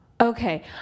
Okay